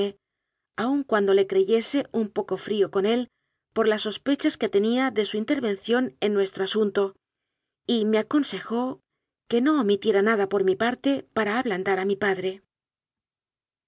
aun cuan do le creyese un poco frío con él por las sospe chas que tenía de su intervención en nuestro asun to y me aconsejó que no omitiera nada por mi parte para ablandar a mi padre